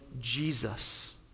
Jesus